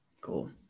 Cool